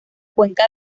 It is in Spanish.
cuenca